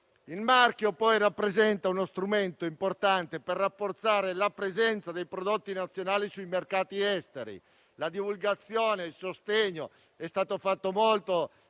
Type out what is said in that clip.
Il marchio poi rappresenta uno strumento importante per rafforzare la presenza dei prodotti nazionali sui mercati esteri. È stato fatto molto